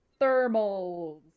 thermals